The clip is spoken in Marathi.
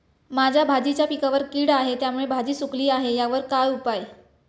माझ्या भाजीच्या पिकावर कीड आहे त्यामुळे भाजी सुकली आहे यावर काय उपाय?